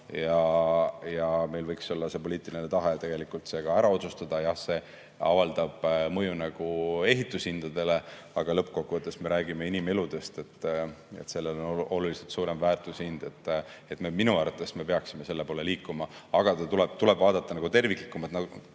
ja meil võiks olla poliitiline tahe see tegelikult ka ära otsustada. Jah, see avaldab mõju ehitushindadele, aga lõppkokkuvõttes me räägime inimeludest, sellel on oluliselt suurem väärtus ja hind. Minu arvates me peaksime selle poole liikuma, aga tuleb vaadata terviklikumalt.